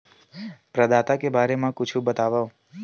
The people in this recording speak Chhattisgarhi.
प्रदाता के बारे मा कुछु बतावव?